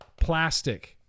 plastic